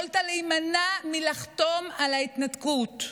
יכולת להימנע מלחתום על ההתנתקות,